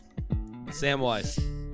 Samwise